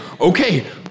okay